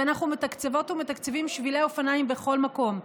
ואנחנו מתקצבות ומתקצבים שבילי אופניים בכל מקום.